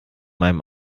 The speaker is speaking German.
meinem